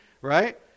right